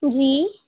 جی